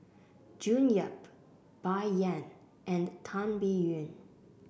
June Yap Bai Yan and Tan Biyun